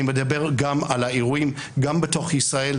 אני מדבר גם על האירועים גם בתוך ישראל.